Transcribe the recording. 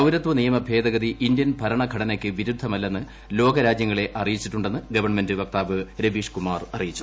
പൌരത്വ നിയമ ഭേദഗതി ഇന്ത്യൻ ഭരണഘടനയ്ക്ക് വിരുദ്ധമല്ലെന്ന് ലോക രാജ്യങ്ങളെ അറിയിച്ചിട്ടുണ്ടെന്ന് ഗവൺമെന്റ് വക്താവ് രവീഷ് കുമാർ അറിയിച്ചു